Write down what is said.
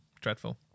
dreadful